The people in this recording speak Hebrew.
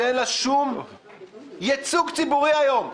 שאין לה שום ייצוג ציבורי היום.